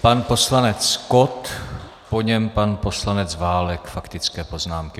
Pan poslanec Kott, po něm pan poslanec Válek, faktické poznámky.